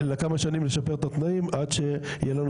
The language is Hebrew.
לכמה שנים לשפר את התנאים עד שתהיה לנו